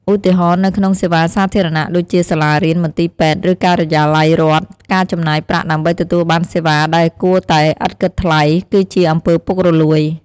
ឧទាហរណ៍ នៅក្នុងសេវាសាធារណៈដូចជា សាលារៀន មន្ទីរពេទ្យ ឬការិយាល័យរដ្ឋ ការចំណាយប្រាក់ដើម្បីទទួលបានសេវាដែលគួរតែឥតគិតថ្លៃ គឺជាអំពើពុករលួយ។